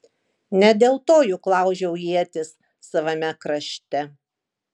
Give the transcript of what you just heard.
ne dėl to juk laužiau ietis savame krašte